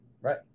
Right